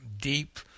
deep